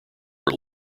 were